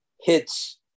hits